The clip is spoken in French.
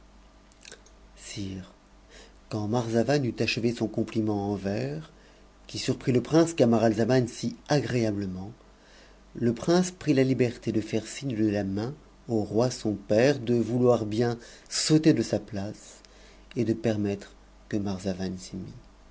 quand marzavan eut achevé son compliment en vers qui sut'mi le prince camaralzaman si agréablement le prince prit la liberté de iai signe de la main au roi son përe de vouloir bien s'ôter de sa place et do permettre que